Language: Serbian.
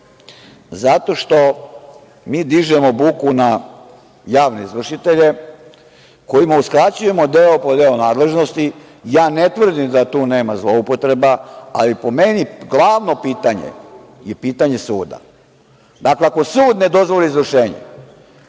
Zato što mi dižemo buku na javne izvršitelje kojima uskraćujemo deo po deo nadležnosti, ja ne tvrdim da tu nema zloupotreba, ali po meni glavno pitanje je pitanje suda. Dakle, ako sud ne dozvoli izvršenje